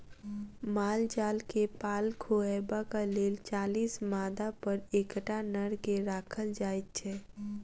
माल जाल के पाल खुअयबाक लेल चालीस मादापर एकटा नर के राखल जाइत छै